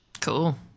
cool